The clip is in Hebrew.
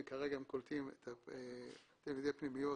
וכרגע הם קולטים תלמידים פנימיות,